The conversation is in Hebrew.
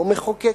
לא מחוקקת,